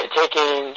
taking